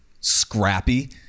scrappy